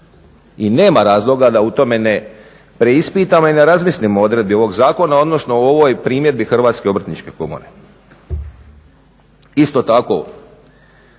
I nema razloga da u tome ne preispitamo i ne razmislimo o odredbi ovog zakona, odnosno o ovoj primjedbi Hrvatske obrtničke komore. Isto tako,